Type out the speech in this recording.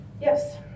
yes